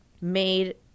made